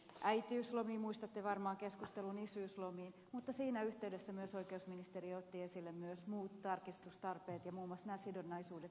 muistatte varmaan keskustelun isyyslomista mutta siinä yhteydessä oikeusministeriö otti esille myös muut tarkistustarpeet muun muassa nämä sidonnaisuudet siinä vaiheessa